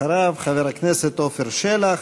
אחריו, חבר הכנסת עפר שלח,